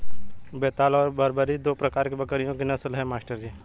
बेताल और बरबरी दो प्रकार के बकरियों की नस्ल है मास्टर जी